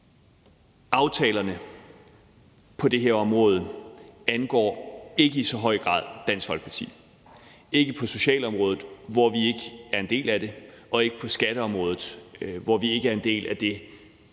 Aftalerne på det her område angår ikke i så høj grad Dansk Folkeparti. Det gælder på socialområdet, hvor vi ikke er en del af det, og det gælder på skatteområdet, hvor vi ikke er en del af det,